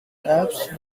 apes